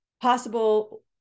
possible